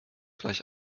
gleich